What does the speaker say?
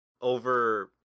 over